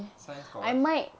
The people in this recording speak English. science kau ah